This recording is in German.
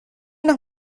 noch